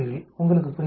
உங்களுக்குப் புரிகிறதா